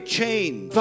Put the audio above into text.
change